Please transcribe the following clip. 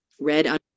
Red